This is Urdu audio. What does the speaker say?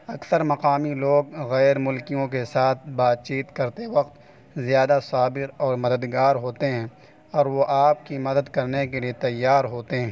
اکثر مقامی لوگ غیر ملکیوں کے ساتھ بات چیت کرتے وقت زیادہ صابر اور مددگار ہوتے ہیں اور وہ آپ کی مدد کرنے کے لیے تیار ہوتے ہیں